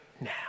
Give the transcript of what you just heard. now